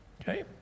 okay